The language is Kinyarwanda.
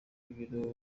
y’ibiro